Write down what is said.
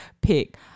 pick